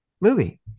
movie